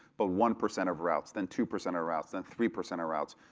but one percent of routes, then two percent of routes, then three percent of routes.